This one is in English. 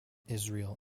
israel